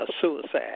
suicide